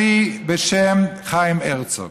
היה נשיא בשם חיים הרצוג,